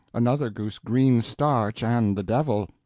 another goose-green starch, and the devil.